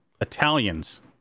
Italians